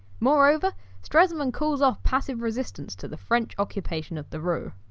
moreover stresemann calls off passive resistance to the french occupation of the ruhr,